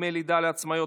דמי לידה לעצמאיות,